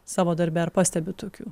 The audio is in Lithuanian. savo darbe ar pastebit tokių